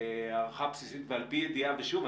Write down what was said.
הערכה בסיסית ועל פי ידיעה ושוב,